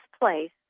place